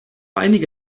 einige